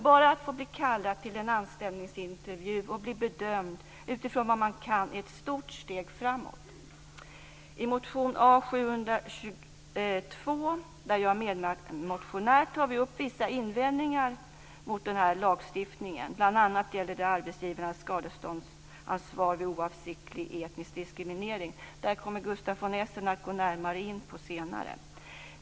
Bara att få bli kallad till en anställningsintervju och bli bedömd utifrån vad man kan är ett stort steg framåt. I motion A722, där jag är medmotionär, tar vi upp vissa invändningar mot den här lagstiftningen, bl.a. gäller det arbetsgivarens skadeståndsansvar vid oavsiktlig etnisk diskriminering. Det kommer Gustaf von Essen att närmare gå in på senare.